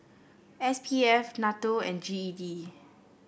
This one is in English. S P F NATO and G E D